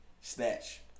snatch